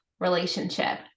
relationship